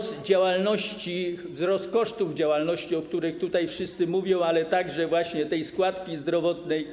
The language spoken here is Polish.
Jest też wzrost kosztów działalności, o których tutaj wszyscy mówią, ale także składki zdrowotnej,